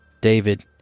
David